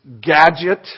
gadget